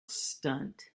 stunt